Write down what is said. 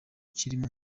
kirimo